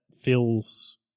feels